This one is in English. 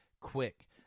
quick